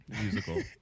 musical